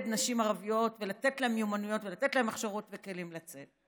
נשים ערביות ולתת להן מיומנויות ולתת להן הכשרות וכלים לצאת.